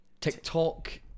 TikTok